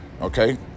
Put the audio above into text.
Okay